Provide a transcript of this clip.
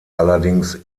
allerdings